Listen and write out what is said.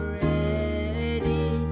ready